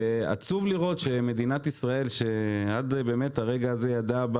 עצוב לראות שמדינת ישראל שעד הרגע הזה הייתה ידועה